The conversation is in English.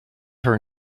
her